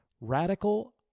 radical